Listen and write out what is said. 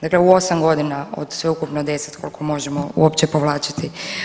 Dakle u 8 godina od sveukupno 10 koliko možemo uopće povlačiti.